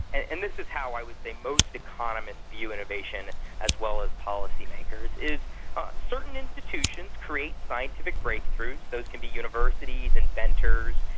and and this is how i would say most economists view innovation as well as policymakers, is certain institutions create scientific breakthroughs, those can be universities, inventors,